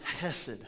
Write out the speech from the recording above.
hesed